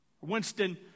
Winston